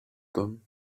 them